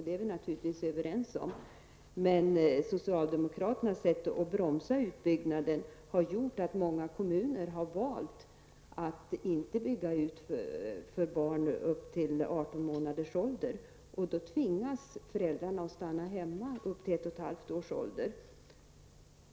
Det är vi naturligtvis överens om, men socialdemokraternas sätt att bromsa utbyggnaden har gjort att många kommuner valt att inte bygga ut omsorgen för barn upp till 18 månaders ålder. Då tvingas föräldrarna att stanna hemma tills dess barnet uppnått ett och ett halvt års ålder.